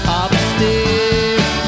upstairs